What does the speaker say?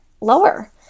lower